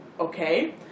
okay